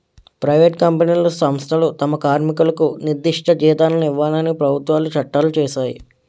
private కంపెనీలు సంస్థలు తమ కార్మికులకు నిర్దిష్ట జీతాలను ఇవ్వాలని ప్రభుత్వాలు చట్టాలు చేశాయి